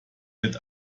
wird